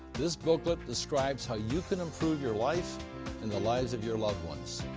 this booklet describes how you can improve your life and the lives of your loved ones.